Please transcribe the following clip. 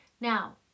Now